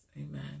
amen